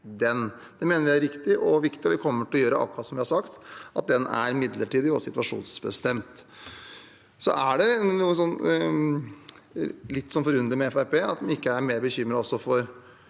Det mener vi er riktig og viktig, og vi kommer til å gjøre akkurat som vi har sagt – den er midlertidig og situasjonsbestemt. Så er det noe litt forunderlig med Fremskrittspartiet, at de ikke er mer bekymret for